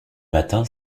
matin